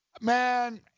man